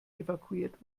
evakuiert